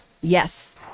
Yes